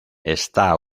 está